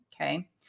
okay